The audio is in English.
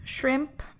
shrimp